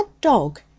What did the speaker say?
dog